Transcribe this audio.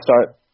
start